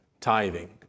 tithing